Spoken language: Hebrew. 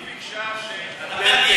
היא ביקשה שאתם תגנו רצח.